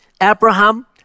Abraham